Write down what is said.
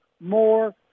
more